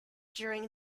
during